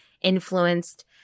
influenced